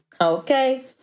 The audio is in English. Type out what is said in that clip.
Okay